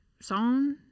Song